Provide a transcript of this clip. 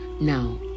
Now